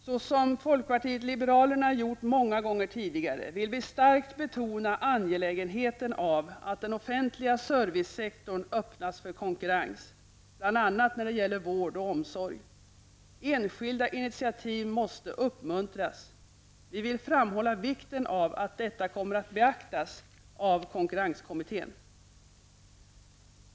Såsom folkpartiet liberalerna gjort många gånger tidigare vill vi starkt betona angelägenheten av att den offentliga servicesektorn öppnas för konkurrens, bl.a. när det gäller vård och omsorg. Enskilda initiativ måste uppmuntras. Vi vill framhålla vikten av att detta kommer att beaktas av konkurrenskommittén.